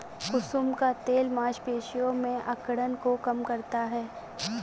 कुसुम का तेल मांसपेशियों में अकड़न को कम करता है